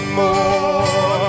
more